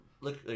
look